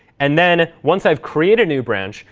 and then, once i've created a new branch,